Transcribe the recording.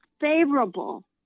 favorable